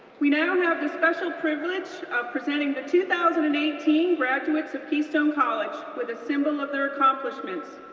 we now have the special privilege of presenting the two thousand and eighteen graduates of keystone college with a symbol of their accomplishments.